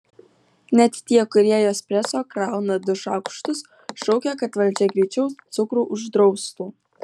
net tie kurie į espreso krauna du šaukštus šaukia kad valdžia greičiau cukrų uždraustų